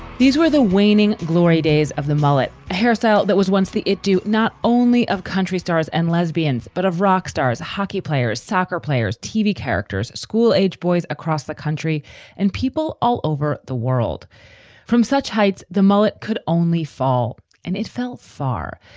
these were the waning glory days of the mullet hairstyle that was once the not only of country stars and lesbians, but of rock stars, hockey players, soccer players, tv characters, school age boys across the country and people all over the world from such heights. the mullet could only fall and it fell far.